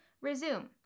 Resume